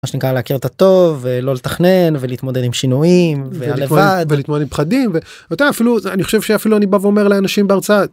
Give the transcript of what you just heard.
מה שנקרא להכיר את הטוב, ולא לתכנן, ולהתמודד עם שינויים... ולהתמודד עם פחדים, ואתה אפילו אני חושב שאפילו אני בא ואומר לאנשים בהרצאה.